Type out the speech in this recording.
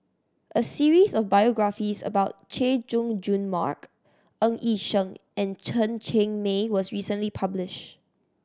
a series of biographies about Chay Jung Jun Mark Ng Yi Sheng and Chen Cheng Mei was recently publish